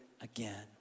again